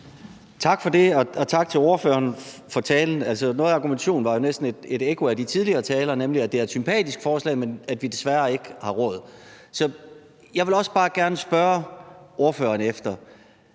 Tak for det, og tak til ordføreren for talen. Noget af argumentationen var jo næsten et ekko af de tidligere taler, nemlig at det er et sympatisk forslag, men at vi desværre ikke har råd. Så jeg vil bare gerne spørge ordføreren: Er